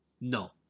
No